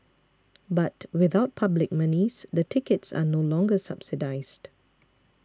but without public monies the tickets are no longer subsidised